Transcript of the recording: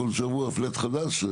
בכל שבוע פלאט חדש?